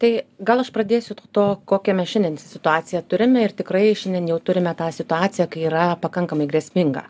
tai gal aš pradėsiu nuo to kokią mes šiandien situaciją turim ir tikrai šiandien jau turime tą situaciją kai yra pakankamai grėsminga